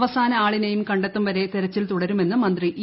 അവസാന ആളിനെയും കണ്ടെത്തുംവരെ തെരച്ചിൽ തുടരുമെന്ന് മന്ത്രി ഇ